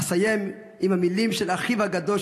אסיים עם המילים של אחיו הגדול,